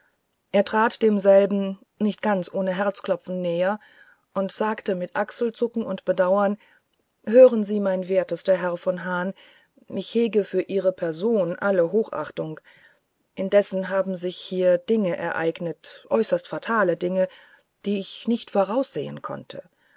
er trat demselben nicht ganz ohne herzklopfen näher und sagte mit achselzucken und bedauern hören sie mein wertester herr von hahn ich hege für ihre person alle hochachtung indessen haben sich hier dinge ereignet äußerst fatale dinge die ich nicht voraussehen konnte